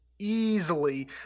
Easily